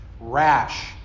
rash